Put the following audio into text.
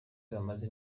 bamaze